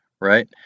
Right